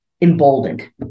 emboldened